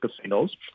casinos